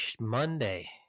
monday